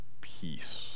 peace